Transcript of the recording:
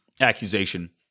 accusation